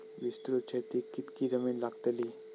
विस्तृत शेतीक कितकी जमीन लागतली?